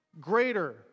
greater